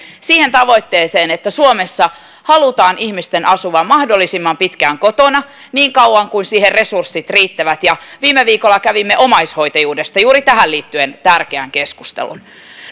siihen tavoitteeseen että suomessa halutaan ihmisten asuvan mahdollisimman pitkään kotona niin kauan kun siihen resurssit riittävät viime viikolla kävimme omaishoitajuudesta juuri tähän liittyen tärkeän keskustelun